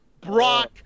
Brock